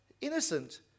innocent